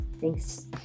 Thanks